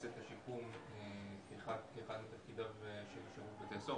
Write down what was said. את השיקום כאחד מתפקידיו של שירות בתי הסוהר.